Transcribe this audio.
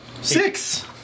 Six